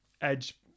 Edge